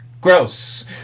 gross